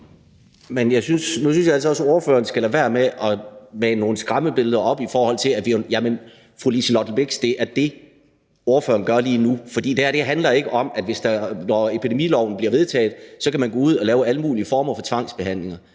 Nu synes jeg altså også, at ordføreren skal lade være med at mane nogle skræmmebilleder frem – jamen det er det, ordføreren gør lige nu. For det her handler ikke om, at man, når epidemiloven bliver vedtaget, kan gå ud og lave alle mulige former for tvangsbehandling.